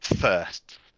first